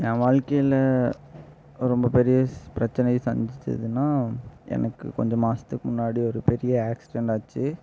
என் வாழ்க்கையில் ரொம்ப பெரிய ஸ் பிரச்சனை சந்திச்சதுனால் எனக்கு கொஞ்சம் மாசத்துக்கு முன்னாடி ஒரு பெரிய ஆக்சிடென்ட் ஆச்சு